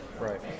Right